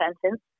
sentence